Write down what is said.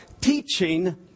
teaching